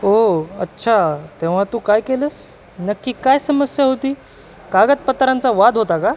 ओ अच्छा तेव्हा तू काय केलंस नक्की काय समस्या होती कागदपत्रांचा वाद होता का